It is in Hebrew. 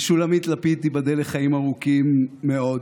ושולמית לפיד, תיבדל לחיים ארוכים מאוד,